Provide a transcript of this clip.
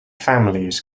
families